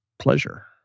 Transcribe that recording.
Pleasure